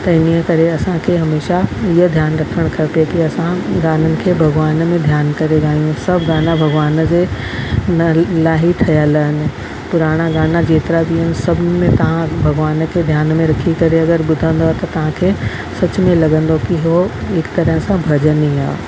त इन्हीअ करे असांखे हमेशह हीअ ध्यानु रखणु खपे के असां गानन खे भॻवान में ध्यानु करे ॻायूं सभु गाना भॻवान जे न लाइ ई ठहियल आहिनि पुराना गाना जेतिरा बि आहिनि सभिनि में तव्हां भॻवान खे ध्यानु में रखी करे अगरि ॿुधंदव त तव्हांखे सचु में लॻंदो की हो हिकु तरह सां भॼन ई आहे